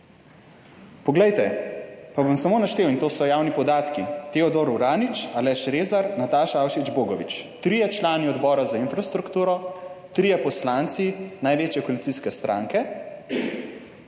Poglejte, pa bom samo naštel in to so javni podatki: Teodor Uranič, Aleš Rezar, Nataša Avšič Bogovič - trije člani Odbora za infrastrukturo, trije poslanci največje koalicijske stranke